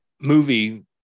movie